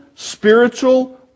Spiritual